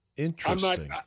Interesting